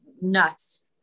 nuts